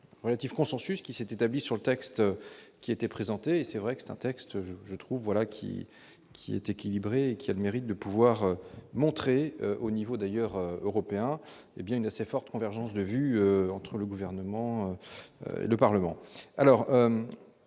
relatif consensus qui s'est établi sur le texte, qui était présenté, et c'est vrai que c'est un texte, je trouve, voilà qui qui est équilibré, qui elle mérite de pouvoir montrer au niveau d'ailleurs européen hé bien une assez forte convergence de vue entre le gouvernement et le Parlement